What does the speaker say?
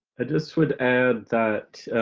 ah just would add that